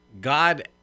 God